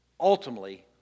ultimately